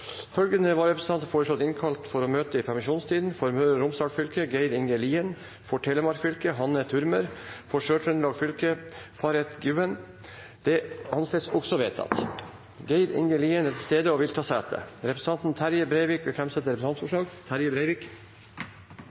for å møte i permisjonstiden: For Møre og Romsdal fylke: Geir Inge Lien For Telemark fylke: Hanne Thürmer For Sør-Trøndelag fylke: Ferhat Güven Geir Inge Lien er til stede og vil ta sete. Representanten Terje Breivik vil framsette et representantforslag.